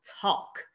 Talk